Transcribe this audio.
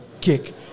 kick